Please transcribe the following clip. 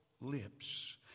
lips